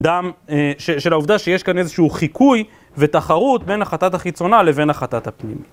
של העובדה שיש כאן איזשהו חיקוי ותחרות בין החטאת החיצונה לבין החטאת הפנימה.